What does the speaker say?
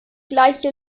gleiche